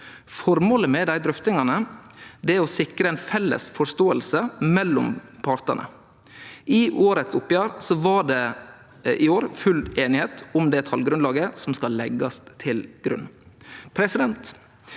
Formålet med drøftingen er å sikre en felles forståelse mellom partene. I årets oppgjør var det full enighet om det tallgrunnlaget som legges til grunn.